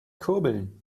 kurbeln